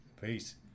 Peace